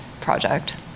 project